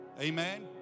Amen